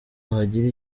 bagira